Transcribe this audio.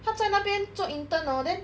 他在那边做 intern hor then